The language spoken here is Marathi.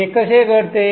हे कसे घडते